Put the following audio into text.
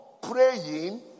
praying